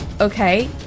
Okay